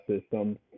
system